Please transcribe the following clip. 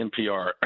NPR